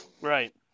Right